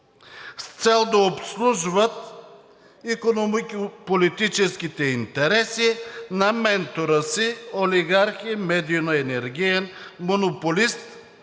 с цел да обслужват икономико-политическите интереси на ментора си олигарх и медийно-енергиен монополист